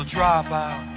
dropout